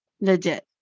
legit